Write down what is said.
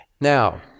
Now